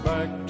Back